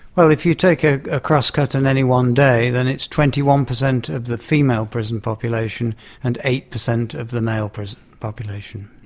well, if you take a ah crosscut but in any one day then it's twenty one percent of the female prison population and eight percent of the male prison population.